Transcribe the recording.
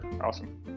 awesome